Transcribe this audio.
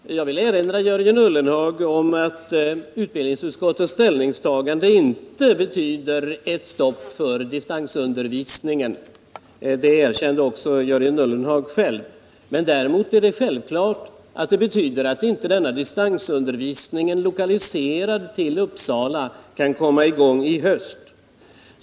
Herr talman! Jag vill erinra Jörgen Ullenhag på nytt om att utbildningsutskottets ställningstagande inte betyder ett stopp för distansundervisningen. Det erkände också Jörgen Ullenhag själv. Däremot är det självklart att det betyder att denna distansundervisning, lokaliserad till Uppsala, inte kan kommma i gång i höst.